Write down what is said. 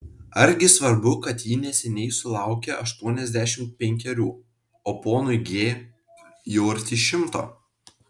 argi svarbu kad ji neseniai sulaukė aštuoniasdešimt penkerių o ponui g jau arti šimto